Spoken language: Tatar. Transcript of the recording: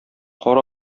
кар